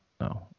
No